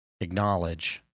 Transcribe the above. acknowledge